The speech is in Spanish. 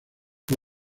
fue